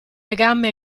legame